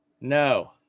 No